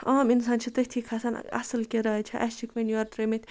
عام اِنسان چھِ تٔتھی کھَسان اَصٕل کِراے چھےٚ اَسہِ چھِکھ وۄنۍ یورٕ ترٛٲیمٕتۍ